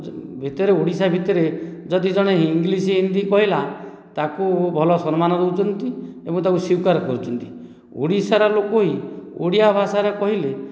ଭିତରେ ଓଡ଼ିଶା ଭିତରେ ଯଦି ଜଣେ ଇଂଲିଶି ହିନ୍ଦୀ କହିଲା ତାକୁ ଭଲ ସମ୍ମାନ ଦେଉଛନ୍ତି ଏବଂ ତାକୁ ସ୍ୱୀକାର କରୁଛନ୍ତି ଓଡ଼ିଶାର ଲୋକ ହିଁ ଓଡ଼ିଆ ଭାଷାରେ କହିଲେ